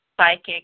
psychic